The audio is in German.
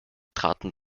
traten